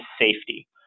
safety